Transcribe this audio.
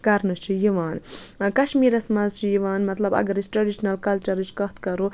کَرنہٕ چھُ یِوان کشمیرَس مَنٛز چھُ یِوان مطلب اگر أسۍ ٹریڑشِنَل کَلچَرٕچ کَتھ کَرو